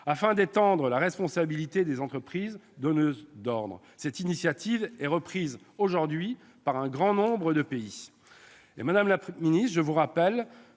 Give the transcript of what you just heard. afin d'étendre la responsabilité des entreprises donneuses d'ordre. Aujourd'hui, elle est reprise par un grand nombre de pays.